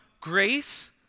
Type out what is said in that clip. grace